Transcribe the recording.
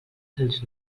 als